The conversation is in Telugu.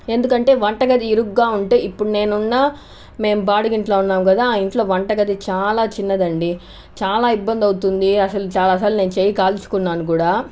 ఎందుకంటే వంటగది ఇరుగ్గా ఉంటే ఇప్పుడు నేను ఉన్న మేము బాడుగ ఇంట్లో ఉన్నాం కదా ఆ ఇంట్లో వంటగది చాలా చిన్నదండి చాలా ఇబ్బంది అవుతుంది అసలు చాలాసార్లు నేను చేయి కాల్చుకున్నాను కూడా